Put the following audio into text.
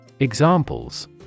Examples